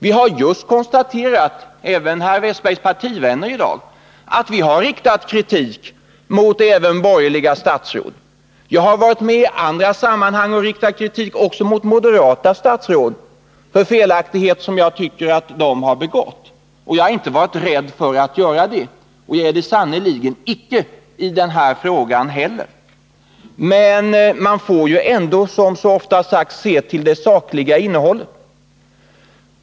Vi har just konstaterat — det har också Olle Wästbergs partivänner gjort — att vi riktat kritik även mot borgerliga statsråd. Jag har varit med i andra sammanhang och riktat kritik också mot moderata statsråd för felaktigheter som jag tycker att de har begått. Jag har inte varit rädd för att göra det och är det sannerligen icke i den här frågan heller. Men man får, som så ofta har sagts, se till det sakliga innehållet.